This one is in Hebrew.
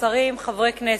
שרים, חברי כנסת,